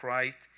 Christ